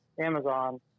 Amazon